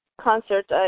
concert